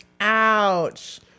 Ouch